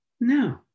No